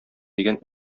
дигән